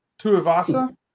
Tuivasa